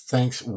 Thanks